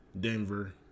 Denver